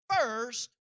first